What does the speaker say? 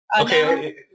Okay